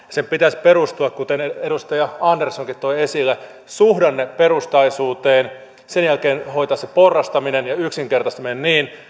sen pitäisi perustua kuten edustaja anderssonkin toi esille suhdanneperustaisuuteen sen jälkeen pitäisi hoitaa se porrastaminen ja yksinkertaistaminen niin